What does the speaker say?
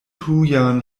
tujan